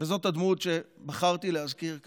וזאת הדמות שבחרתי להזכיר כאן.